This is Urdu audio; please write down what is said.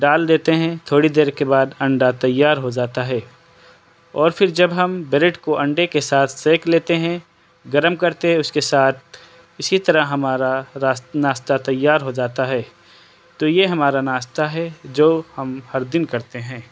ڈال دیتے ہیں تھوڑی دیر کے بعد انڈا تیار ہو جاتا ہے اور پھر جب ہم بریڈ کو انڈے کے ساتھ سینک لیتے ہیں گرم کرتے اس کے ساتھ اسی طرح ہمارا ناشتہ تیار ہو جاتا ہے تو یہ ہمارا ناشتہ ہے جو ہم ہر دن کرتے ہیں